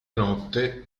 notte